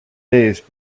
days